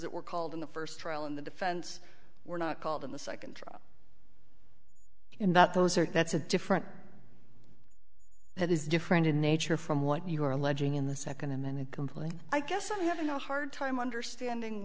that were called in the first trial and the defense were not called in the second trial and that those are that's a different that is different in nature from what you are alleging in the second and then it completely i guess i'm having a hard time understanding